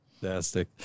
Fantastic